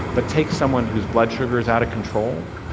but take someone whose blood sugar is out of control,